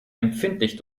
empfindlich